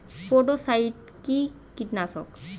স্পোডোসাইট কি কীটনাশক?